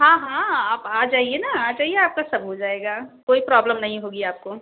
हाँ हाँ आप आ जाइए ना आ जाइए आपका सब हो जाएगा कोई प्रॉब्लम नहीं होगी आपको